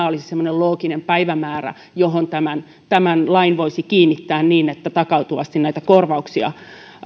olisi semmoinen looginen päivämäärä johon tämän tämän lain voisi kiinnittää niin että takautuvasti näitä korvauksia